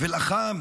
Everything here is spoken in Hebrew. ולחם